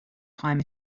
time